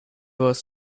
was